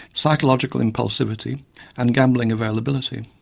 psychological impulsivity and gambling availability.